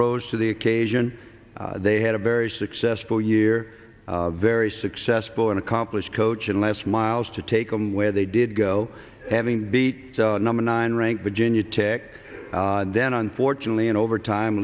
rose to the occasion they had a very successful year very successful and accomplished coach in les miles to take them where they did go having beat number nine ranked virginia tech then on fortunately in overtime